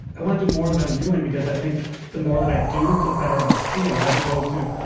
i wanna do more than i'm doing, because i think the more that i do, the better i'll feel, as opposed to,